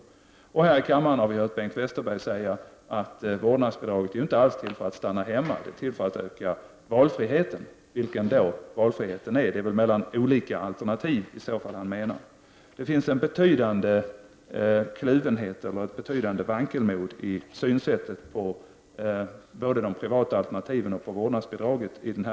Å andra sidan har vi här i kammaren hört Bengt Westerberg säga att vårdnadsbidraget inte alls är till för att stanna hemma — det är till för att öka valfriheten. Vilken är då valfriheten? Det är väl i så fall en valfrihet mellan olika alternativ som han menar. Det finns i den här debatten alltså en betydande kluvenhet från folkpartiets sida, ett betydande vankelmod i synen på både de privata alternativen och vårdnadsbidraget.